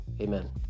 amen